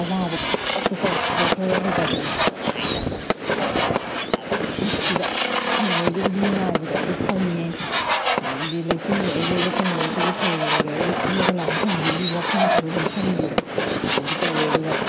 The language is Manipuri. ꯑꯋꯥꯕ ꯄꯨꯝꯅꯃꯛꯇꯣ ꯀꯥꯎꯊꯣꯛꯈ꯭ꯔꯒ ꯍꯥꯏꯇꯥꯔꯦꯅꯦ ꯌꯥꯝ ꯅꯨꯡꯉꯥꯏꯅ ꯍꯥꯏꯗꯤ ꯄꯨꯔꯥ ꯄꯨꯟꯁꯤꯗ ꯑꯃꯨꯛ ꯍꯟꯅ ꯐꯪꯉꯔꯣꯏꯗꯕꯒꯤ ꯅꯨꯡꯉꯥꯏꯕꯗꯣ ꯑꯗꯨ ꯐꯪꯉꯦ ꯍꯥꯏꯗꯤ ꯂꯩꯆꯤꯟꯒ ꯑꯩꯒꯒ ꯊꯦꯡꯅꯕ ꯑꯩꯈꯣꯏꯒꯤ ꯁꯔꯒꯒ ꯑꯩꯒ ꯈꯨꯠꯅꯒ ꯂꯥꯝꯕ ꯐꯪꯕꯒꯤ ꯋꯥꯈꯟꯁꯤꯗ ꯁꯨꯝ ꯈꯟꯕꯤꯗꯣ ꯑꯗꯨ ꯇꯧꯋꯦ ꯑꯗꯨꯒ